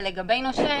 ולגבי נושה